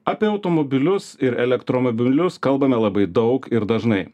apie automobilius ir elektromobilius kalbame labai daug ir dažnai